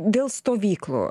dėl stovyklų